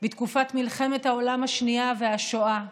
בתקופת מלחמת העולם השנייה והשואה.